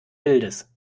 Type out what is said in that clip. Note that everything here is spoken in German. bildes